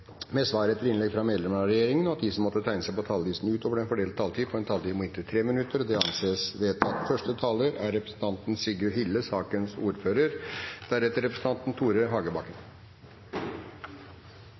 med svar etter innlegg fra medlemmer av regjeringen, innenfor den fordelte taletid, og at de som måtte tegne seg på talerlisten utover den fordelte taletid, får en taletid på inntil 3 minutter. – Det anses vedtatt.